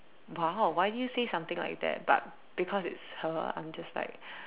!wow! why did you say something like that but because it's her I'm just like